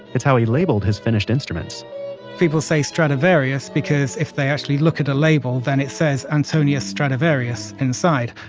it's how he labeled his finished instruments people say stradivarius because if they actually look at a label, then it says antonio stradivarius inside.